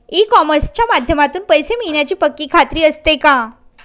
E कॉमर्सच्या माध्यमातून पैसे मिळण्याची पक्की खात्री असते का?